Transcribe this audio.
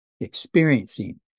experiencing